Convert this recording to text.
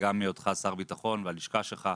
וגם בהיותך שר הביטחון והלשכה שלך.